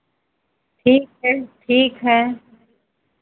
ठीक है ठीक है